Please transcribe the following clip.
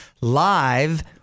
live